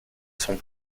sont